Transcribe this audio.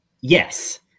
Yes